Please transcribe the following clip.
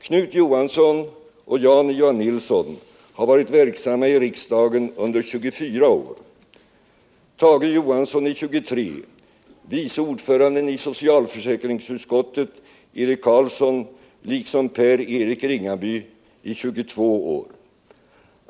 Knut Johansson och Jan-Ivan Nilsson har varit verksamma i riksdagen under 24 år, Tage Johansson i 23 år, vice ordföranden i socialförsäkringsutskottet Eric Carlsson liksom Per-Eric Ringaby i 22 år.